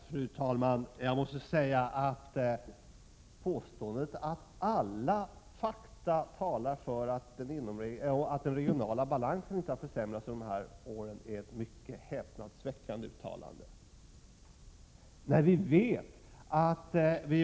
Fru talman! Jag måste säga att påståendet att alla fakta talar för att den regionala balansen inte har försämrats under de här åren är mycket häpnadsväckande.